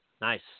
nice